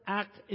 act